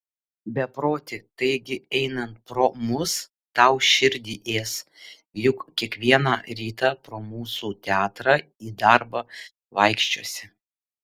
beproti taigi einant pro mus tau širdį ės juk kiekvieną rytą pro mūsų teatrą į darbą vaikščiosi